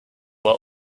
were